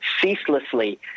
ceaselessly